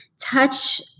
touch